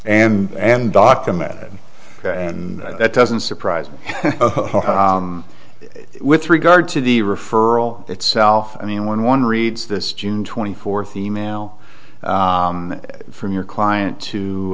and and documented and that doesn't surprise me with regard to the referral itself i mean when one reads this june twenty fourth e mail from your client to